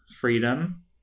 Freedom